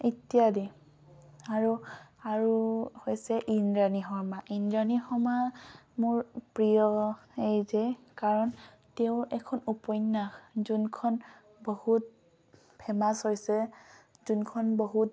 ইত্যাদি আৰু আৰু হৈছে ইন্দ্ৰাণী শৰ্মা ইন্দ্ৰাণী শৰ্মা মোৰ প্ৰিয় এই যে কাৰণ তেওঁৰ এখন উপন্যাস যোনখন বহুত ফেমাছ হৈছে যোনখন বহুত